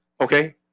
Okay